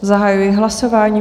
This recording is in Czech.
Zahajuji hlasování.